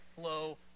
flow